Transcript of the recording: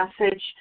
message